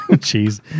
Cheese